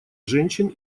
женщин